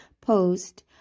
post